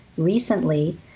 recently